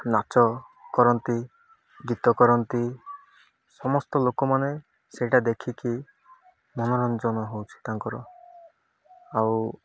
ନାଚ କରନ୍ତି ଗୀତ କରନ୍ତି ସମସ୍ତ ଲୋକମାନେ ସେଇଟା ଦେଖିକି ମନୋରଞ୍ଜନ ହେଉଛି ତାଙ୍କର ଆଉ